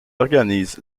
organise